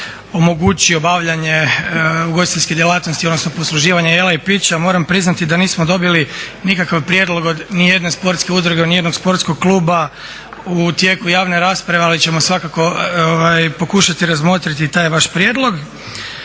omogući obavljanje ugostiteljske djelatnosti, odnosno posluživanja jela i pića moram priznati da nismo dobili nikakav prijedlog od ni jedne sportske udruge, od ni jednog sportskog kluba u tijeku rasprave. Ali ćemo svakako pokušati razmotriti taj vaš prijedlog.